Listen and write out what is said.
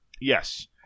Yes